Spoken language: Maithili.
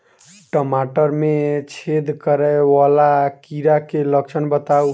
टमाटर मे छेद करै वला कीड़ा केँ लक्षण बताउ?